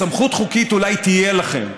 סמכות חוקית אולי תהיה לכם,